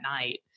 night